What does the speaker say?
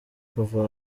kuva